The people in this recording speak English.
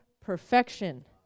perfection